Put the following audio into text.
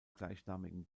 gleichnamigen